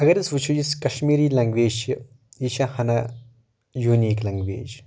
اَگر أسۍ وٕچھو یُس یہِ کشمیٖری لنٛگویج چھِ یہِ چھِ ہَنا یوٗنیٖک لنٛگویج